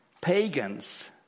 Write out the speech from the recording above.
pagans